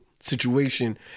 Situation